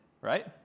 right